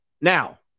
Now